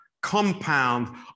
compound